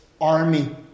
army